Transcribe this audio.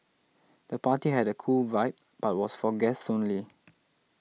the party had a cool vibe but was for guests only